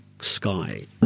sky